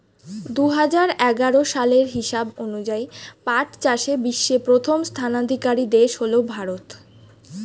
দুহাজার এগারো সালের হিসাব অনুযায়ী পাট চাষে বিশ্বে প্রথম স্থানাধিকারী দেশ হল ভারত